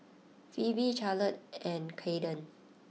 Phoebe Charlotte and Kaden